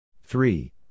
Three